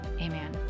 Amen